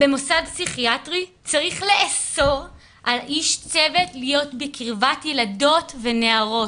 במוסד פסיכיאטרי צריך לאסור על איש צוות להיות בקרבת ילדות ונערות,